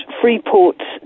freeports